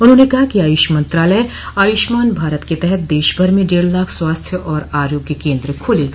उन्होंने कहा कि आयुष मंत्रालय आयुष्मान भारत के तहत देशभर में डेढ़ लाख स्वास्थ्य और आरोग्य केंद्र खोलेगा